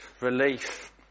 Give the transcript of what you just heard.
relief